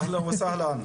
אהלן וסהלן.